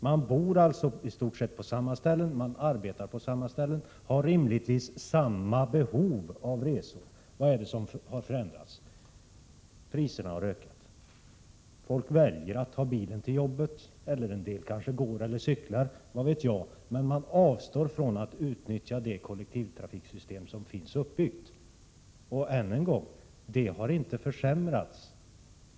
Man bor i stort sett på samma ställen och man arbetar på samma ställen och har rimligtvis samma behov av resor. Vad är det som har förändrats? Jo, priserna har stigit. Folk väljer att ta bilen till jobbet, en del kanske går eller cyklar, vad vet jag. Men man avstår från att utnyttja det kollektivtrafiksystem som finns uppbyggt. Och än en gång: Det har inte försämrats.